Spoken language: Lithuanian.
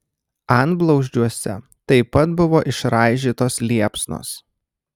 antblauzdžiuose taip pat buvo išraižytos liepsnos